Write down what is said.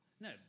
No